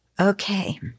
Okay